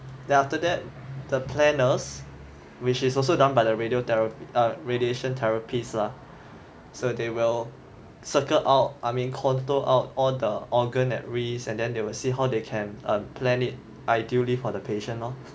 then after that the planners which is also done by the radiotherapy err radiation therapist lah so they will circle out I mean contour out all the organ at risk and then they will see how they can um plan it ideally for the patient lor